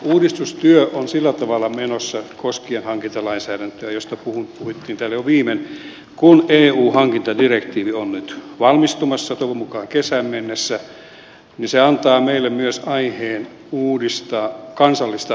uudistustyö on sillä tavalla menossa koskien hankintalainsäädäntöä josta puhuttiin täällä jo viimeksi että kun eu hankintadirektiivi on nyt valmistumassa toivon mukaan kesään mennessä niin se antaa meille myös aiheen uudistaa kansallista hankintalainsäädäntöä